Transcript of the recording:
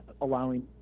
allowing